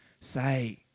say